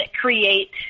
create